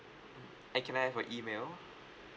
mm and can I have your email